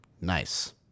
Nice